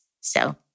So-